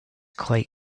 quite